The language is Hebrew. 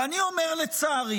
ואני אומר לצערי